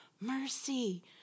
mercy